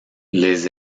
les